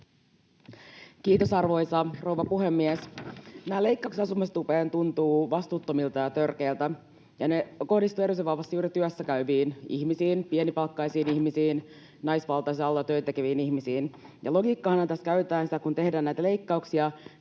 Kiitos, arvoisa rouva puhemies! Nämä leikkaukset asumistukeen tuntuvat vastuuttomilta ja törkeiltä, ja ne kohdistuvat erityisen vahvasti juuri työssä käyviin ihmisiin, pienipalkkaisiin ihmisiin, naisvaltaisilla aloilla töitä tekeviin ihmisiin. Logiikkanahan tässä käytetään sitä, kun tehdään näitä leikkauksia,